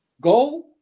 go